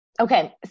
Okay